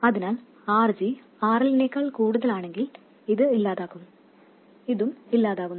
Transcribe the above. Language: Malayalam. അതിനാൽ RG RLനേക്കാൾ കൂടുതലാണെങ്കിൽ ഇത് ഇല്ലാതാകും ഇതും ഇല്ലാതാകുന്നു